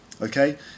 Okay